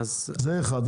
זה אחד.